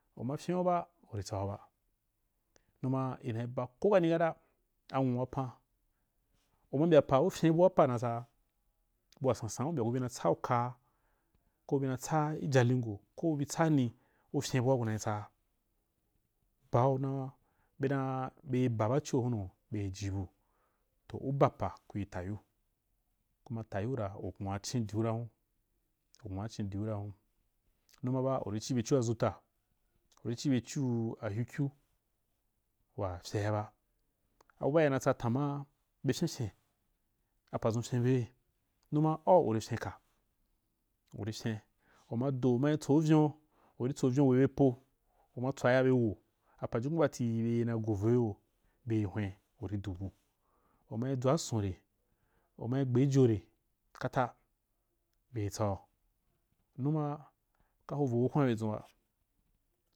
Uma kyen’uba uri tsuba numaa in aba ko kani kata anwu wapan uma mbyapa uryin bua pai natsaa, bua sansan a u mbya bena tsa ukaa ko bena tsaa i jalingo ko betsani uren bua kuni tsaa bau naba be dan bei ba bacho hunnu bei jibu toh ubapa kui tayiu kuma tayiura u nwaaa chin diura rah un u nwachindiu rahun, numaba uri chi bechua zuta uri bechuu ahyukyu wa rye’aba abubaa inatsa tama be ryim apazun ryim beo numa au uri kyinke, uriryim uma do umai tsouryon, uri tsovyon we be po, uma tswayabe wp, apajukun baati bei no govoiyo bei, hwen uridubu, umai dzwa asoure umai gbeijore kata beitshau numaa ka hovo wokwan ben zunba